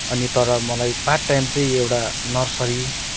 अनि तर मलाई पार्ट टाइम चाहिँ एउटा नर्सरी